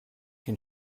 can